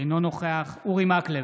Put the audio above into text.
אינו נוכח אורי מקלב,